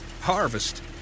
harvest